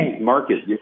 market